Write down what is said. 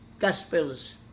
Gospels